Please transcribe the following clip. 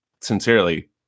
sincerely